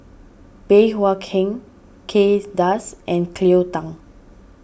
Bey Hua Kay Das and Cleo Thang